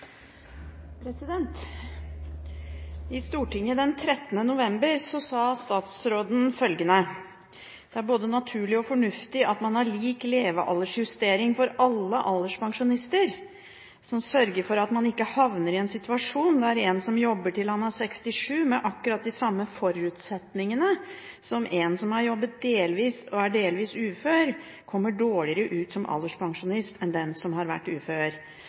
fornuftig at man har lik levealdersjustering for alle alderspensjonister, som sørger for at man ikke havner i en situasjon der en som jobber til han er 67 år, med akkurat de samme forutsetningene som en som har jobbet delvis og er delvis ufør, kommer dårligere ut som alderspensjonist enn den som har vært ufør.